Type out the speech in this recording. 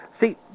See